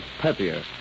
peppier